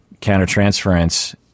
countertransference